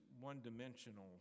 one-dimensional